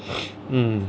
mm